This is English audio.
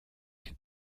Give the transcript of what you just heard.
can